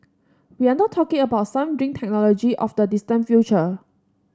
we are not talking about some dream technology of the distant future